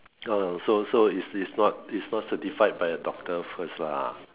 oh so so is is not is not certified by a doctor first lah